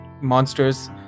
Monsters